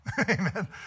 Amen